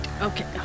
Okay